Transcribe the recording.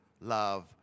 love